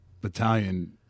battalion –